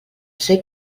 ser